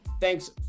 Thanks